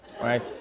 right